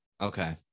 Okay